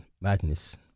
Madness